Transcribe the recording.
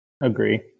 Agree